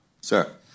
Sir